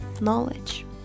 knowledge